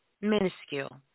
minuscule